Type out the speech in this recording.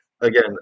again